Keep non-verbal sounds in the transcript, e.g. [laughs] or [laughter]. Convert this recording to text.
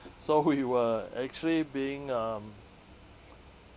so we [laughs] were actually being um